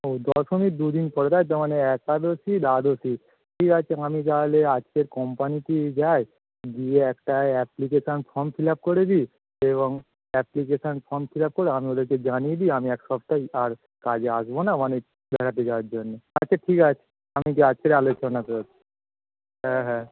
ও দশমীর দু দিন পরে তাই তো মানে একাদশী দ্বাদশী ঠিক আছে আমি তাহলে আজকের কোম্পানিতে যায় গিয়ে একটা অ্যাপ্লিকেশন ফর্ম ফিল আপ করে দিই এবং অ্যাপ্লিকেশন ফর্ম ফিল আপ করে আমি ওদেরকে জানিয়ে দিই আমি এক সপ্তাহে আর কাজে আসবো না মানে বেড়াতে যাওয়ার জন্যে আচ্ছা ঠিক আছে আমি গিয়ে রাত্রে আলোচনা করছি হ্যাঁ হ্যাঁ